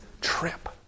Trip